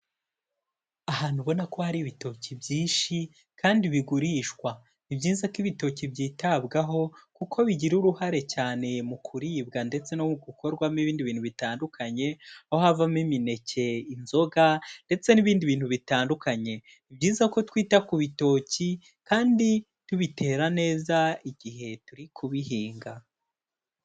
Ahantu ubona ko hari ibitoki byinshi kandi bigurishwa, ni byiza ko ibitoki byitabwaho kuko bigira uruhare cyane mu kuribwa ndetse no mu gukorwamo ibindi bintu bitandukanye aho havamo imineke, inzoga ndetse n'ibindi bintu bitandukanye, ni byiza ko twita ku bitoki kandi tubitera neza igihe turi kubihinga.